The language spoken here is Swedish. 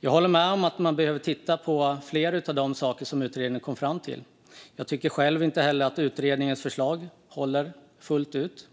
Jag håller med om att man behöver titta på fler av de saker som utredningen kom fram till, för jag tycker inte heller att utredningens förslag håller fullt ut.